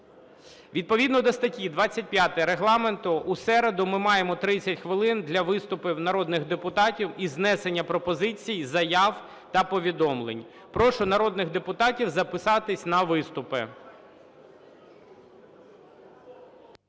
Відповідно до статті 25 Регламенту у середу ми маємо 30 хвилин для виступів народних депутатів із внесення пропозицій, заяв та повідомлень. Прошу народних депутатів записатись на виступи.